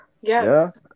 Yes